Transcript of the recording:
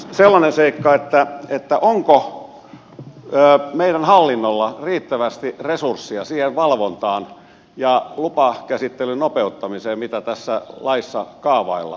sitten sellainen seikka että onko meidän hallinnolla riittävästi resursseja siihen valvontaan ja lupakäsittelyn nopeuttamiseen mitä tässä laissa kaavaillaan